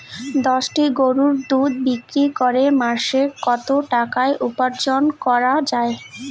দশটি গরুর দুধ বিক্রি করে মাসিক কত টাকা উপার্জন করা য়ায়?